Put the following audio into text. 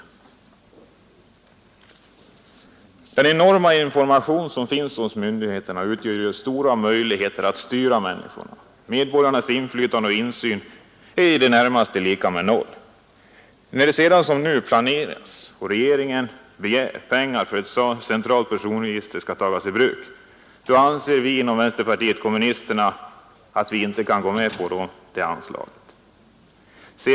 Den enorma information som finns hos myndigheterna ger stora möjligheter att styra människorna. Medborgarnas inflytande och insyn är i det närmaste lika med noll. När man, som nu, planerar ett personregister och regeringen begär pengar för att ett sådant personregister skall kunna tas i bruk, anser vi inom vänsterpartiet kommunisterna att vi inte kan gå med på det anslaget.